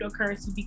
cryptocurrency